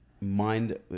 mind